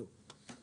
זהו.